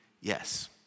yes